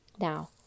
Now